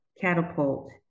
catapult